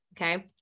okay